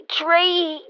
tree